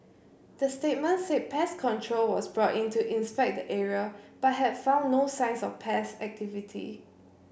the statement said pest control was brought in to inspect the area but had found no signs of pest activity